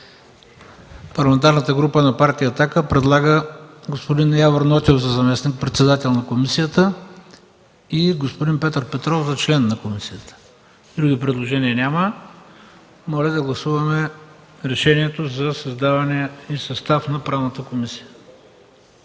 Парламентарната група на Партия „Атака” предлага господин Явор Нотев за заместник-председател на комисията и господин Петър Петров за член на комисията. Други предложения няма. Моля да гласуваме решението за създаване и състав на Комисията